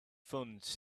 funds